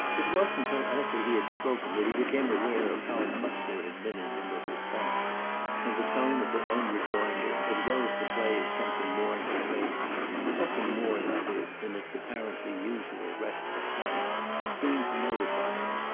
it wasn't till after he had spoken that he became aware of how much there had been in him of response when the tone of her own rejoinder, as well as the play of something more in her face something more, that is, than its apparently usual restless light seemed to notify him.